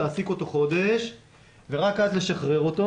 להעסיק אותו חודש ורק אז לשחרר אותו.